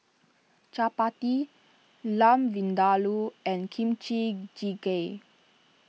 Chapati Lamb Vindaloo and Kimchi Jjigae